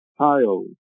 tiles